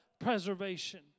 preservation